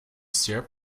syrup